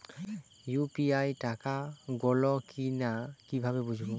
UPI টাকা গোল কিনা কিভাবে বুঝব?